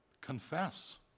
confess